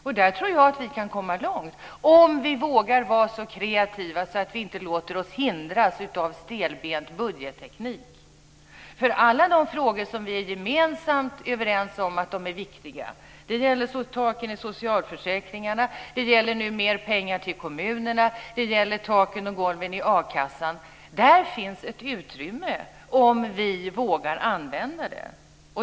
Jag tror att vi kan komma långt om vi vågar vara så kreativa att vi inte låter oss hindras av stelbent budgetteknik. Vad gäller alla de frågor som vi gemensamt är överens om är viktiga - det gäller taken i socialförsäkringarna, mer pengar till kommunerna, taken och golven i a-kassan - finns det ett utrymme, om vi vågar använda det.